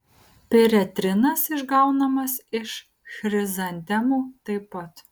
piretrinas išgaunamas iš chrizantemų taip pat